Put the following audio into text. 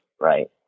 right